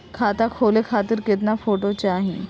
खाता खोले खातिर केतना फोटो चाहीं?